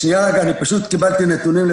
שנייה, אני קיבלתי נתונים.